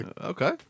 Okay